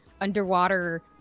underwater